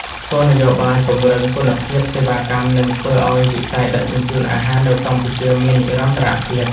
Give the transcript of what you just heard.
គោលនយោបាយពង្រឹងគុណភាពសេវាកម្មនឹងធ្វើឱ្យវិស័យដឹកជញ្ជូនអាហារនៅកម្ពុជាមាននិរន្តរភាព។